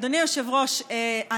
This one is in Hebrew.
אדוני היושב-ראש,